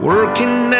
Working